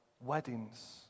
Weddings